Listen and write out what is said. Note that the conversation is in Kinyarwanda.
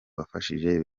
wafashije